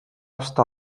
estar